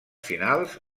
finals